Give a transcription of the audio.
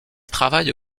travaille